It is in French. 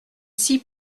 six